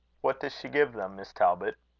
what does she give them, miss talbot?